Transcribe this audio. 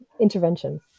intervention